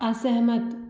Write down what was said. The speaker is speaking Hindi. असहमत